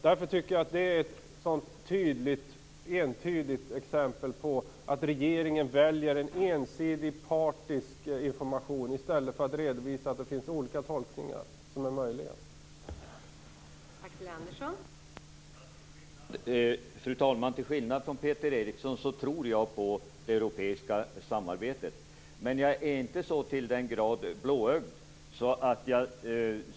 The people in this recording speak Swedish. Detta är ett entydigt exempel på att regeringen väljer en ensidig, partisk information i stället för redovisa olika tolkningar som är möjliga att göra.